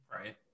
Right